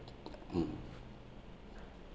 mm